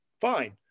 fine